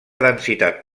densitat